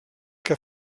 que